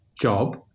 job